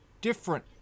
different